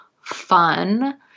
fun